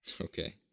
Okay